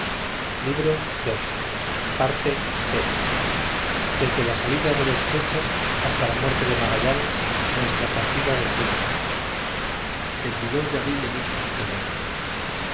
libro ii desde ia salida del estrecho hasta la muerte de magallanes y nuestra partida de zubu de noviembre de